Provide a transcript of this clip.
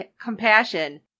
compassion